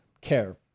Care